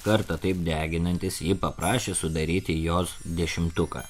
kartą taip deginantis ji paprašė sudaryti jos dešimtuką